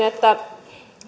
että